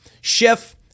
Schiff